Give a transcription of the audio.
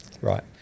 Right